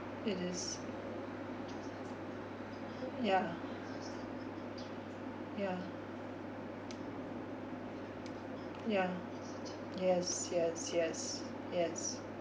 it is ya ya ya yes yes yes yes